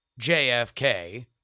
JFK